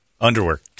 underwear